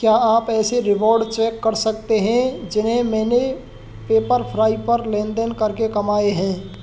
क्या आप ऐसे रिवॉर्ड चेक कर सकते हैं जिन्हें मैंने पेपरफ़्राई पर लेन देन करके कमाए हैं